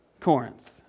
Corinth